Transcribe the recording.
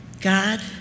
God